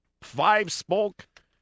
five-spoke